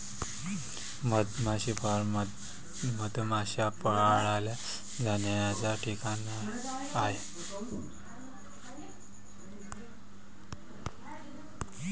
मधमाशी फार्म मधमाश्या पाळल्या जाण्याचा ठिकाण आहे